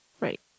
Right